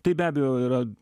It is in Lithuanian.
tai be abejo yra